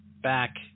back